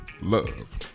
Love